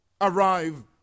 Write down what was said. arrive